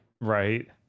Right